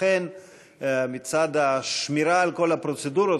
לכן מצד השמירה על כל הפרוצדורות,